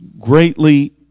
greatly